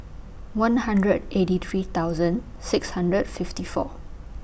one hundred eighty three thousand six hundred fifty four